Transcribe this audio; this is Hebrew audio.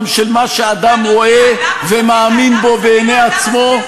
של מה שאדם רואה ומאמין בו בעיני עצמו,